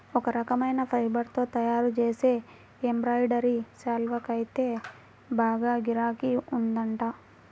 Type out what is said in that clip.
ఒక రకమైన ఫైబర్ తో తయ్యారుజేసే ఎంబ్రాయిడరీ శాల్వాకైతే బాగా గిరాకీ ఉందంట